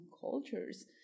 cultures